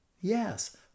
Yes